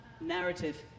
narrative